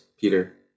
peter